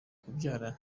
kubyara